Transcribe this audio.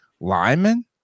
linemen